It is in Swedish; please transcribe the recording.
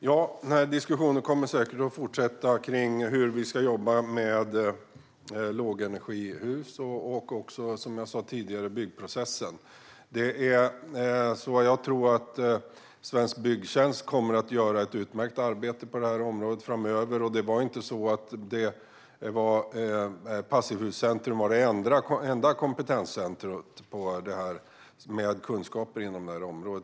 Fru talman! Den här diskussionen om hur vi ska jobba med lågenergihus och även byggprocessen, som jag nämnde tidigare, kommer säkert att fortsätta. Jag tror att Svensk Byggtjänst kommer att göra ett utmärkt arbete på det här området framöver. Det var inte så att Passivhuscentrum var det enda kompetenscentrumet med kunskaper inom det här området.